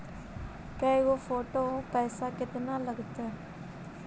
के गो फोटो औ पैसा केतना लगतै?